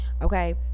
Okay